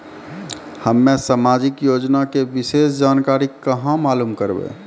हम्मे समाजिक योजना के विशेष जानकारी कहाँ मालूम करबै?